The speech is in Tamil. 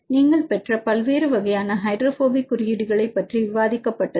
நீங்கள் பெற்ற பல்வேறு வகையான ஹைட்ரோபோபிக் குறியீடுகளைப் பற்றி விவாதிக்கப்பட்டது